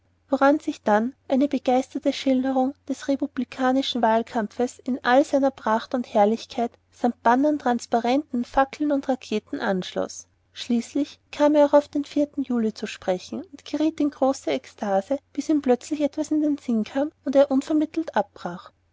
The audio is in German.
woran sich dann eine begeisterte schilderung des republikanischen wahltriumphes in all seiner pracht und herrlichkeit samt bannern transparenten fackeln und raketen anschloß schließlich kam er auch auf den juli zu sprechen und geriet in große ekstase bis ihm plötzlich etwas in den sinn kam und er unvermittelt abbrach